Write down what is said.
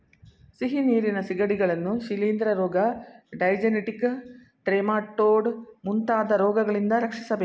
ಸಿಹಿನೀರಿನ ಸಿಗಡಿಗಳನ್ನು ಶಿಲಿಂದ್ರ ರೋಗ, ಡೈಜೆನೆಟಿಕ್ ಟ್ರೆಮಾಟೊಡ್ ಮುಂತಾದ ರೋಗಗಳಿಂದ ರಕ್ಷಿಸಬೇಕು